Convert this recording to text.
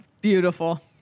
beautiful